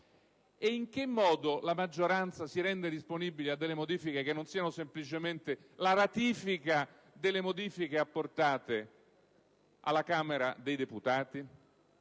E in che modo la maggioranza si rende disponibile a operare delle modifiche che non siano semplicemente la ratifica delle modifiche apportate alla Camera dei deputati?